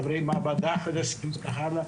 חברי מעבדה חדשים וכך הלאה,